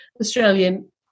Australian